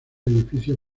edificio